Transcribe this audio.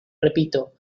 repito